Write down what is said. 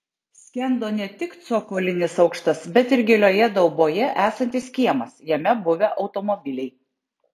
skendo ne tik cokolinis aukštas bet ir gilioje dauboje esantis kiemas jame buvę automobiliai